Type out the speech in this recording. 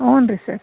ಊನ್ರೀ sir